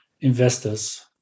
investors